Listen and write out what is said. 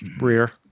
rear